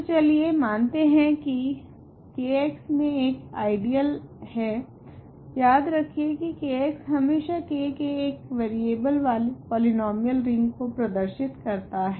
तो चलिए मानते है की I K मे एक आइडियल है याद रखे की K हमेशा K के एक वारियाबले वाले पॉलीनोमीयल रिंग को प्रदर्शित करता हैं